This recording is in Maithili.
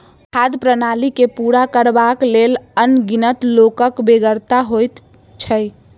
खाद्य प्रणाली के पूरा करबाक लेल अनगिनत लोकक बेगरता होइत छै